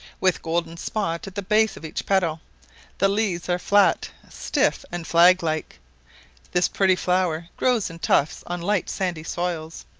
with golden spot at the base of each petal the leaves are flat, stiff, and flag-like this pretty flower grows in tufts on light sandy soils.